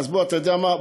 אתה יודע מה?